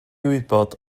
wybod